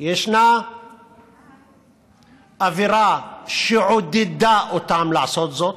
ישנה אווירה שעודדה אותם לעשות זאת,